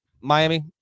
Miami